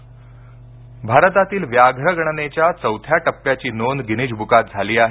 वाघ जावडेकर भारतातील व्याघ्र गणनेच्या चौथ्या टप्प्याची नोंद गिनिज बुकात झाली आहे